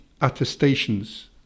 attestations